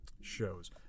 shows